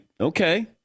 okay